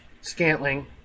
Scantling